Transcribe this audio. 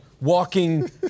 walking